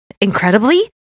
Incredibly